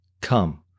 Come